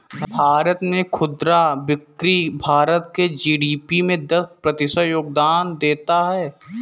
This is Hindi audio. भारत में खुदरा बिक्री भारत के जी.डी.पी में दस प्रतिशत का योगदान देता है